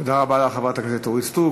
תודה רבה לחברת הכנסת אורית סטרוק.